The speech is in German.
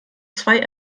zwei